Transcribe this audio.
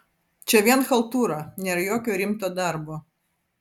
čia vien chaltūra nėr jokio rimto darbo